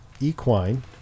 equine